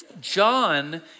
John